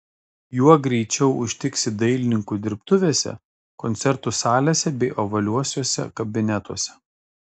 juos greičiau užtiksi dailininkų dirbtuvėse koncertų salėse bei ovaliuosiuose kabinetuose